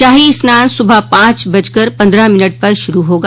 शाही स्नान सुबह पांच बजकर पन्द्रह मिनट पर शुरू होगा